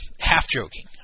half-joking